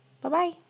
bye-bye